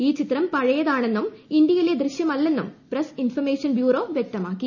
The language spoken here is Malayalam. ഈ ചിത്ര് പഴയതാണെന്നും ഇന്ത്യയിലെ ദൃശ്യമല്ലെന്നും പ്രസ് ഇൻഫർമേഷൻ ബ്യൂറോ വ്യക്തമാക്കി